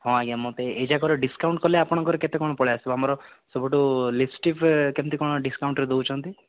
ହଁ ଆଜ୍ଞା ମୋତେ ଏଇଟା କର ଡିସ୍କାଉଣ୍ଟ୍ କଲେ ଆପଣଙ୍କର କେତେ କ'ଣ ପଳେଇ ଆସିବ ଆମର ସବୁଠୁ ଲିପଷ୍ଟିକ୍ରେ କେମିତି କ'ଣ ଡିସ୍କାଉଣ୍ଟ୍ରେ ଦେଉଛନ୍ତି